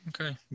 Okay